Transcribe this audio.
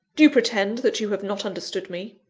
do you pretend that you have not understood me?